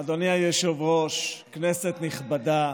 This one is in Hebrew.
אדוני היושב-ראש, כנסת נכבדה,